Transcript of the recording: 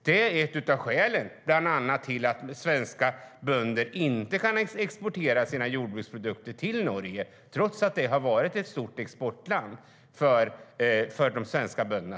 Det är ett av skälen till att bland annat svenska bönder inte kan exportera sina jordbruksprodukter till Norge, trots att det tidigare har varit ett stort exportland för de svenska bönderna.